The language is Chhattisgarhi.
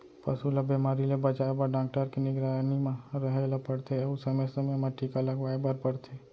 पसू ल बेमारी ले बचाए बर डॉक्टर के निगरानी म रहें ल परथे अउ समे समे म टीका लगवाए बर परथे